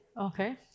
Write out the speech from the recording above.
Okay